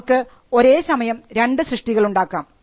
നമുക്ക് ഒരേ സമയം 2 സൃഷ്ടികൾ ഉണ്ടാകാം